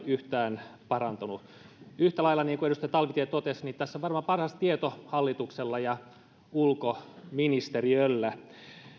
yhtään parantunut yhtä lailla niin kuin edustaja talvitie totesi tässä on varmaan paras tieto hallituksella ja ulkoministeriöllä